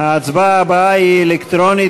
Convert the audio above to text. ההצבעה הבאה היא אלקטרונית.